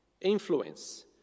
Influence